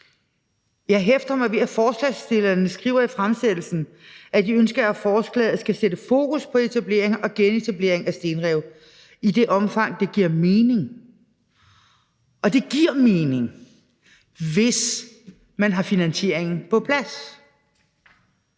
jeg hæfter mig ved, at forslagsstillerne skriver i fremsættelsen, at de ønsker, at forslaget skal sætte fokus på etablering og genetablering af stenrev i det omfang, det giver mening. Og det giver mening, hvis man har finansieringen på plads.